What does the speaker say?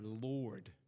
Lord